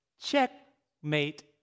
Checkmate